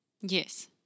Yes